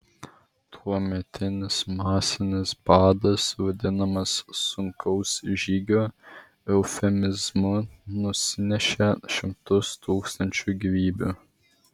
tuometinis masinis badas vadinamas sunkaus žygio eufemizmu nusinešė šimtus tūkstančių gyvybių